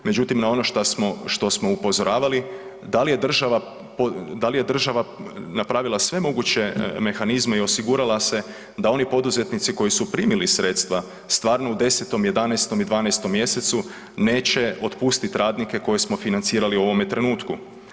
Međutim na ono što smo upozoravali, da li je država, da li je država napravila sve moguće mehanizme i osigurala se da oni poduzetnici koji su primili sredstava stvarno u 10, 11 i 12 mjesecu neće otpustiti radnike koje smo financirali u ovome trenutku.